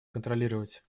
контролировать